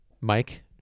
Mike